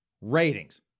Ratings